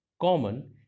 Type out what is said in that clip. common